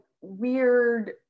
weird